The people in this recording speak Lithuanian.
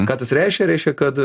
ką tas reiškia reiškia kad